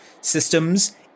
systems